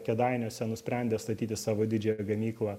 kėdainiuose nusprendė statyti savo didžiąją gamyklą